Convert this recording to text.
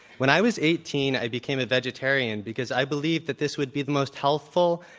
when i was eighteen, i became a vegetarian, because i believed that this would be the most healthful,